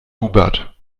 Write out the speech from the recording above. hubert